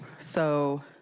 so